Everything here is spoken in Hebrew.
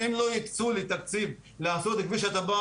הם לא הקצו לי תקציב לעשות את כביש הטבעת,